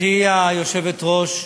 גברתי היושבת-ראש,